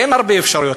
אין הרבה אפשרויות.